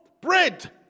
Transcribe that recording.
bread